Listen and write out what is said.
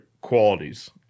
qualities